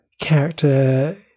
character